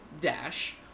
dash